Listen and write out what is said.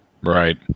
Right